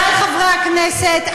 חברי חברי הכנסת,